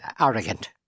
arrogant